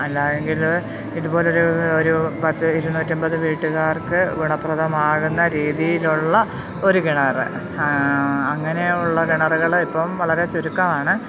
അല്ലെങ്കില് ഇതുപോലെയൊരു ഒരു പത്ത് ഇരുന്നൂറ്റിയമ്പത് വീട്ടുകാർക്ക് ഗുണപ്രദമാകുന്ന രീതിയിലുള്ള ഒരു കിണര് അങ്ങനെയുള്ള കിണറുകള് ഇപ്പം വളരെ ചുരുക്കമാണ്